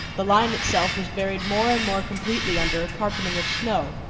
the line itself was buried more and more completely under a carpeting of snow,